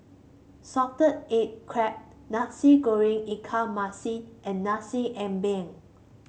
Salted Egg Crab Nasi Goreng Ikan Masin and Nasi Ambeng